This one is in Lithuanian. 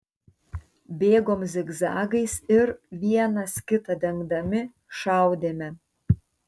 bėgom zigzagais ir vienas kitą dengdami šaudėme